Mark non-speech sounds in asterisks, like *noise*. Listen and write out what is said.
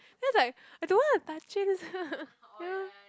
just like I don't want to touchy this *laughs* ya